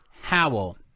howl